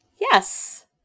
Yes